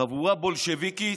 חבורה בולשביקית,